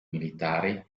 militari